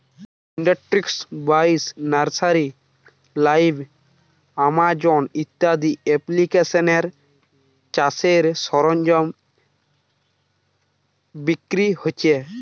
industry বাইশ, nursery live, Amazon ইত্যাদি এপ্লিকেশানে চাষের সরঞ্জাম বিক্রি হচ্ছে